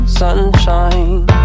sunshine